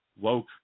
woke